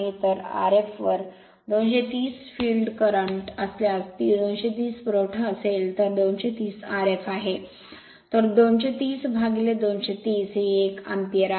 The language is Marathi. तर Rfवर 230 फील्ड करंट असल्यास 230 पुरवठा असेल तर 230 Rf आहे तर 230230 हे 1 अँपिअर आहे